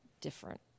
different